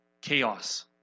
Chaos